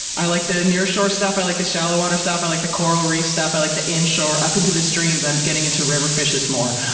i like the near-shore stuff. i like the shallow water stuff. i like the coral reef stuff. i like the in-shore, up into the streams. i'm getting into river fishes more.